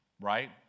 right